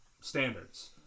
standards